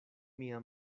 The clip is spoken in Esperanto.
mia